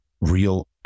real